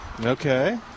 Okay